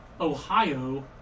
Ohio